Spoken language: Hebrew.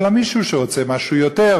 אלא מישהו שרוצה יותר,